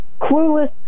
Clueless